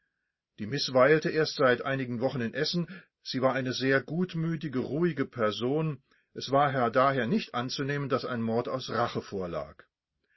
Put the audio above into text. die miß weilte erst seit einigen wochen in essen sie war eine sehr gutmütige ruhige person es war daher nicht anzunehmen daß ein mord aus rache vorlag